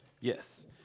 Yes